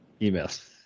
emails